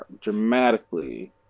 dramatically